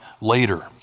later